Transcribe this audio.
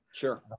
Sure